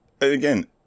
Again